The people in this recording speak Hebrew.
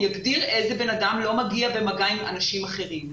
יגדיר לאיזה בן אדם אין מגע עם אנשים אחרים.